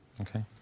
okay